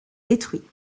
détruits